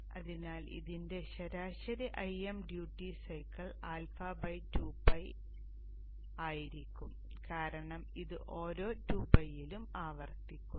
അതിനാൽ ഇതിന്റെ ശരാശരി I m ഡ്യൂട്ടി സൈക്കിൾ α2π ആയിരിക്കും കാരണം ഇത് ഓരോ 2π യിലും ആവർത്തിക്കുന്നു